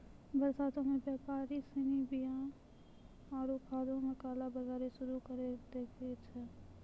बरसातो मे व्यापारि सिनी बीया आरु खादो के काला बजारी शुरू करि दै छै